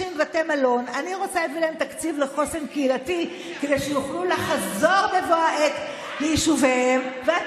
אבל אני מעבירה להם תקציב לחוסן הקהילתי שלהם כאשר הם גולים בארצם.